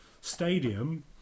stadium